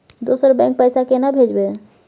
दोसर बैंक पैसा केना भेजबै?